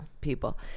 People